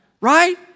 right